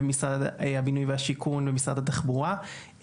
משרד הבינוי והשיכון ומשרד התחבורה,